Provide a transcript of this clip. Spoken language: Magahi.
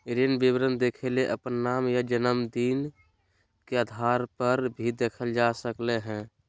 ऋण विवरण देखेले अपन नाम या जनम दिन के आधारपर भी देखल जा सकलय हें